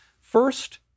First